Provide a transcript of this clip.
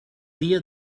dia